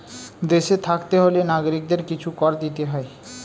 দেশে থাকতে হলে নাগরিকদের কিছু কর দিতে হয়